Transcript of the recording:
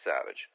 Savage